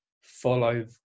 follow